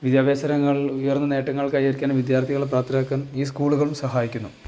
വിദ്യാഭ്യാസരംഗങ്ങളിൽ ഉയർന്ന നേട്ടങ്ങൾ കൈവരിക്കാൻ വിദ്യാർത്ഥികളെ പ്രാപ്തരാക്കാൻ ഈ സ്കൂളുകൾ സഹായിക്കുന്നു